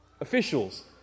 Officials